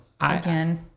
again